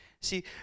See